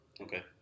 Okay